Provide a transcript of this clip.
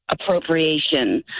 appropriation